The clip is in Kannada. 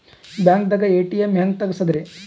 ಬ್ಯಾಂಕ್ದಾಗ ಎ.ಟಿ.ಎಂ ಹೆಂಗ್ ತಗಸದ್ರಿ?